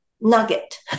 nugget